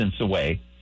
away